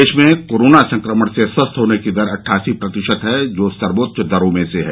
देश में कोरोना संक्रमण से स्वस्थ होने की दर अट्ठासी प्रतिशत है जो सर्वोच्च दरों में है